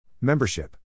Membership